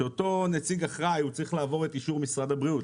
שאותו נציג אחראי צריך לעבור את אישור משרד הבריאות,